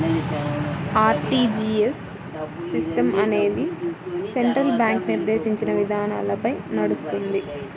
RTGS system అనేది central bank నిర్దేశించిన విధానాలపై నడుస్తుంది